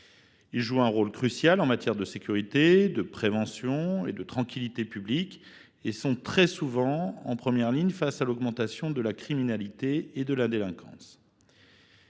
ci jouent un rôle crucial en matière de sécurité, de prévention et de tranquillité publique et sont très souvent en première ligne face à l’augmentation de la criminalité et de la délinquance.